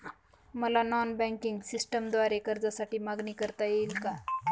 मला non banking सिस्टमद्वारे कर्जासाठी मागणी करता येईल का?